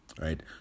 right